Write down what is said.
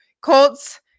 Colts